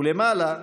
ולמעלה,